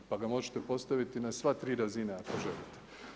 Pa ga možete postaviti na sve 3 razine ako želite.